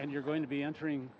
and you're going to be entering